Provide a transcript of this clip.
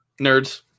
Nerds